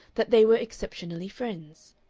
that they were exceptionally friends.